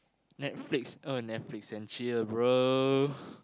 Netflix oh Netflix and chill bro